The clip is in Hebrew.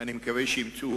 אני מקווה שימצאו